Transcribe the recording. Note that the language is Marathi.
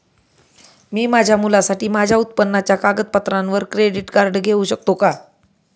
मी माझ्या मुलासाठी माझ्या उत्पन्नाच्या कागदपत्रांवर क्रेडिट कार्ड घेऊ शकतो का?